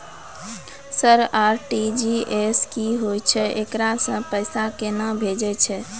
Sir RTGS की होय छै, एकरा से पैसा केना भेजै छै?